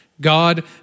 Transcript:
God